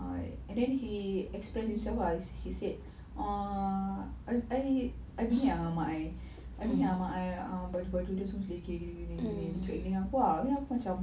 I and then he expressed himself ah he said uh I I I bingit ah dengan mak I I bingit ah dengan mak I ah baju-baju dia semua selekeh gini gini gini dia cakap gini dengan aku ah abeh aku macam